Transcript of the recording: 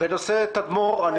אני